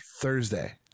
Thursday